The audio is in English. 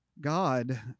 God